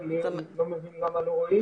חברים,